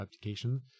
application